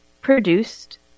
produced